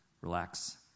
Relax